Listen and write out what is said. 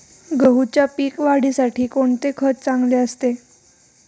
गहूच्या पीक वाढीसाठी कोणते खत चांगले असते?